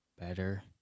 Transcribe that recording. better